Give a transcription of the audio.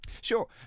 Sure